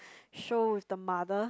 show with the mother